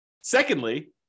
secondly